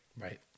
Right